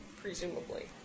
presumably